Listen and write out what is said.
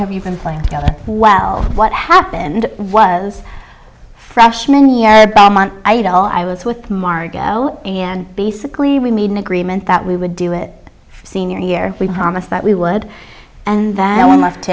have you been playing together well what happened was freshman year at all i was with margot and basically we made an agreement that we would do it senior year we promised that we would and then we left